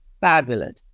Fabulous